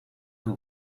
who